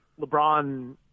LeBron